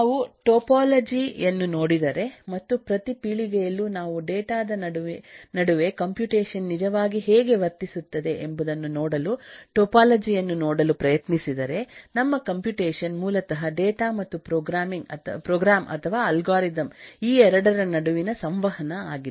ನಾವು ಟೋಪೋಲಜಿ ಯನ್ನು ನೋಡಿದರೆ ಮತ್ತು ಪ್ರತಿ ಪೀಳಿಗೆಯಲ್ಲೂ ನಾವು ಡೇಟಾ ದ ನಡುವೆ ಕಂಪ್ಯೂಟೇಶನ್ ನಿಜವಾಗಿ ಹೇಗೆ ವರ್ತಿಸುತ್ತದೆ ಎಂಬುದನ್ನು ನೋಡಲು ಟೋಪೋಲಜಿ ಯನ್ನು ನೋಡಲು ಪ್ರಯತ್ನಿಸಿದರೆ ನಮ್ಮ ಕಂಪ್ಯೂಟೇಶನ್ ಮೂಲತಃ ಡೇಟಾ ಮತ್ತು ಪ್ರೋಗ್ರಾಂ ಅಥವಾ ಅಲ್ಗಾರಿದಮ್ ಈ 2 ರ ನಡುವಿನ ಸಂವಹನ ಆಗಿದೆ